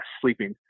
sleeping